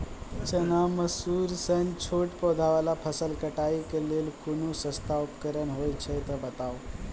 चना, मसूर सन छोट पौधा वाला फसल कटाई के लेल कूनू सस्ता उपकरण हे छै तऽ बताऊ?